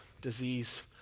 disease